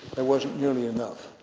there wasn't nearly enough.